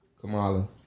Kamala